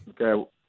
Okay